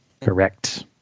Correct